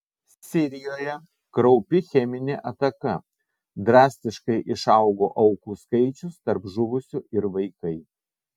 sirijoje kraupi cheminė ataka drastiškai išaugo aukų skaičius tarp žuvusių ir vaikai